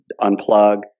unplug